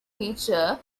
feature